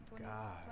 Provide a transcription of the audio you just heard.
god